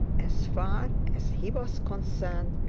as far as he was concerned,